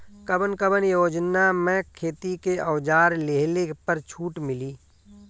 कवन कवन योजना मै खेती के औजार लिहले पर छुट मिली?